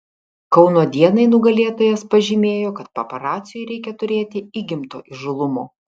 kauno dienai nugalėtojas pažymėjo kad paparaciui reikia turėti įgimto įžūlumo